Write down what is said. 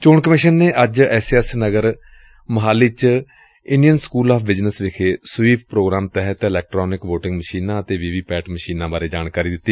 ਚੋਣ ਕਮਿਸ਼ਨ ਨੇ ਅੱਜ S A S Nagar Mohali ਚ ਇੰਡੀਅਨ ਸਕੂਲ ਆਫ ਬਿਜਨਸ ਵਿਖੇ ਸਵੀਪ ਪ੍ਰੋਗਰਾਮ ਤਹਿਤ ਇਲੈਕਟਰਾਨਿਕ ਵੋਟਿੰਗ ਮਸ਼ੀਨਾਂ ਅਤੇ ਵੀ ਵੀ ਪੈਟ ਮਸ਼ੀਨਾਂ ਬਾਰੇ ਜਾਣਕਾਰੀ ਦਿੱਤੀ